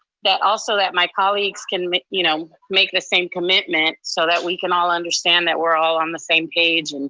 that also that my colleagues can make you know make the same commitment so that we can all understand that we're all on the same page and